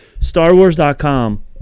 StarWars.com